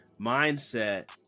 mindset